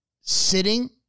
sitting